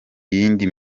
yindi